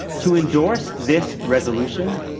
to endorse this resolution,